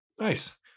Nice